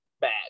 bad